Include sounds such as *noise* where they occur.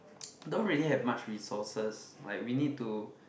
*noise* don't really have much resources like we need to